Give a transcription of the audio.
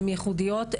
הן ייחודיות,